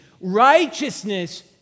Righteousness